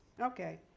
Okay